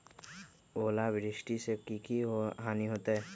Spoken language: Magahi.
ओलावृष्टि से की की हानि होतै?